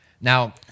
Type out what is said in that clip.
Now